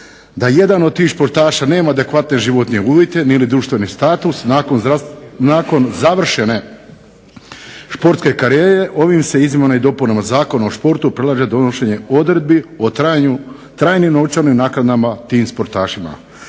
da jedan od tih sportaša nema adekvatne životne uvjete ili društveni status nakon završene sportske karijere ovim se izmjenama i dopunama Zakona o športu predlaže donošenje odredbi o trajno novčanim naknadama tim sportašima.